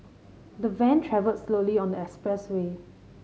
the van travelled slowly on the expressway